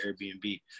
Airbnb